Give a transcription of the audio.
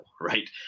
right